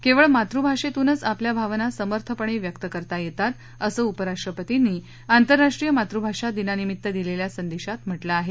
केवळ मातृभाषेतूनच आपल्या भावना समर्थपणे व्यक्त करता येतात असं उपराष्ट्रपतींनी आंतरराष्ट्रीय मातृभाषा दिनानिमित्त दिलेल्या संदेशात म्हटलं आहे